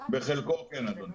בחלקו כן, אדוני.